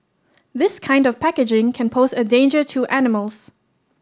this kind of packaging can pose a danger to animals